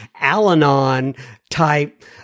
Al-Anon-type